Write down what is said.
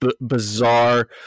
bizarre